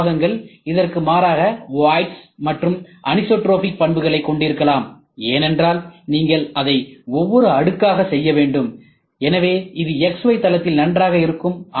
M பாகங்கள் இதற்கு மாறாக வாய்ட்ஸ் மற்றும் அனிசோட்ரோபிக் பண்புகளைக் கொண்டிருக்கலாம் ஏனென்றால் நீங்கள் அதை ஒவ்வொரு அடுக்காக செய்ய வேண்டும் எனவே இது x y தளத்திலும் நன்றாக இருக்கும்